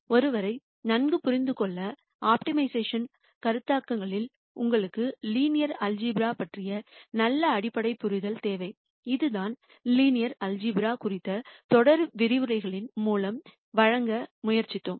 ஒருவரை நன்கு புரிந்துகொள்ள ஆப்டிமைசேஷன் கருத்தாக்கங்களில் உங்களுக்கு லீனியர் ஆல்சீப்ரா பற்றிய நல்ல அடிப்படை புரிதல் தேவை இதுதான் லீனியர் ஆல்சீப்ரா குறித்த தொடர் விரிவுரைகளின் மூலம் வழங்க முயற்சித்தோம்